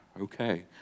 okay